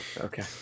Okay